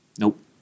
Nope